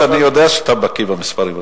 אני יודע שאתה בקי במספרים,